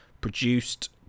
produced